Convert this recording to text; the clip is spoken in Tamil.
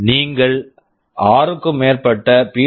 எனவே நீங்கள் ஆறுக்கும் மேற்பட்ட பி